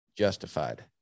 justified